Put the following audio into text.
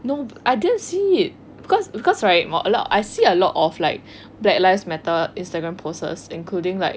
no I didn't see it cause because like I see a lot like black lives matter instagram posts including like